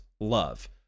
love